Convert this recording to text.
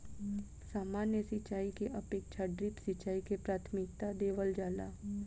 सामान्य सिंचाई के अपेक्षा ड्रिप सिंचाई के प्राथमिकता देवल जाला